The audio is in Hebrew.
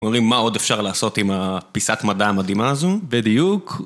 אומרים מה עוד אפשר לעשות עם הפיסת מדע המדהימה הזו, בדיוק.